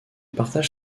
partage